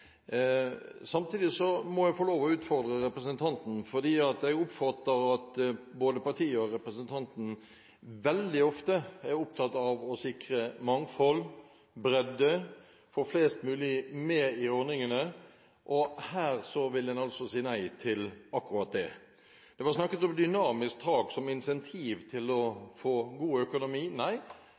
Samtidig må jeg få lov til å utfordre representanten, for jeg oppfatter at både partiet og representanten veldig ofte er opptatt av å sikre mangfold, bredde og å få flest mulig med i ordningen, og her vil en altså si nei til akkurat det. Det ble snakket om dynamisk tak som incentiv til å få god økonomi.